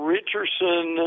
Richardson